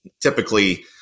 typically